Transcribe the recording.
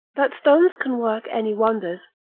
that stones can work any wonders,